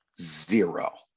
Zero